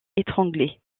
étranglée